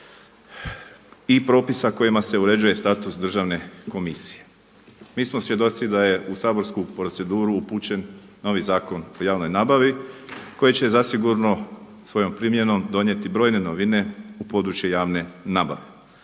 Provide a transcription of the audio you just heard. i propisa kojima se uređuje status državne komisije. Mi smo svjedoci da je u saborsku proceduru upućen novi Zakon o javnoj nabavi koji će zasigurno svojom primjenom donijeti brojne novine u područje javne nabave.